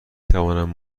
توانم